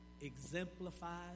exemplifies